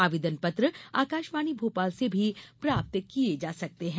आवेदन पत्र आकाशवाणी भोपाल से भी प्राप्त किये जा सकते हैं